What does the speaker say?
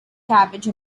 cabbage